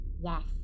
Yes